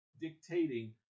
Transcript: dictating